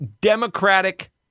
Democratic